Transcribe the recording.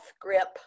grip